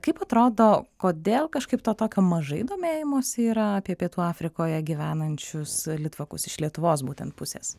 kaip atrodo kodėl kažkaip to tokio mažai domėjimosi yra apie pietų afrikoje gyvenančius litvakus iš lietuvos būtent pusės